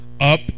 Up